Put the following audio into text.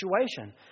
situation